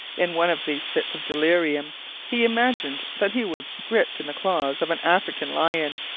in one of these fits of delirium he imagined that he was gripped in the claws of an african lion,